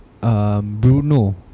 Bruno